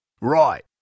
Right